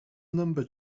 number